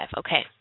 okay